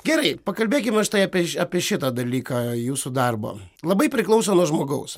gerai pakalbėkime štai apie apie šitą dalyką jūsų darbą labai priklauso nuo žmogaus